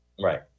Right